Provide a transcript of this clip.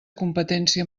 competència